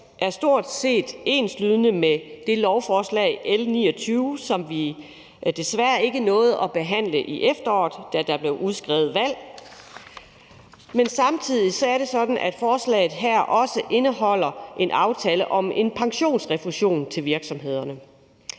er stort set enslydende med det lovforslag, L 29, som vi desværre ikke nåede at behandle i efteråret, da der blev udskrevet valg. Men samtidig er det sådan, at forslaget her også indeholder en aftale om en pensionsrefusion til virksomhederne.